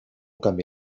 canvi